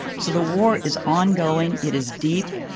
so the war is ongoing. it is deep.